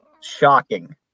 shocking